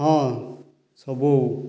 ହଁ ସବୁ